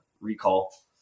recall